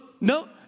no